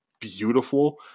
beautiful